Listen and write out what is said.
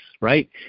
right